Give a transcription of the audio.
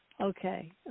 Okay